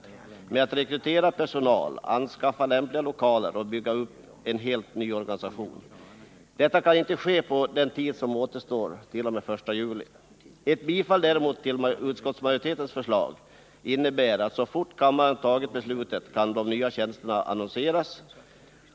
Man behöver Nr 112 rekrytera personal, anskaffa lämpliga lokaler och ygga upp en helt ny organisation. Detta kan inte ske på den tid som återstår till den 1 juli. Ett bifall till utskottsmajoritetens förslag innebär däremot att så fort kammaren tagit beslutet kan de nya tjänsterna annonseras.